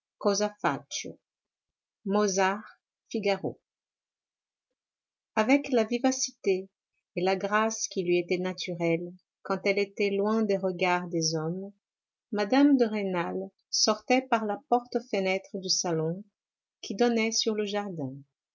mozart figaro avec la vivacité et la grâce qui lui étaient naturelles quand elle était loin des regards des hommes mme de rênal sortait par la porte-fenêtre du salon qui donnait sur le jardin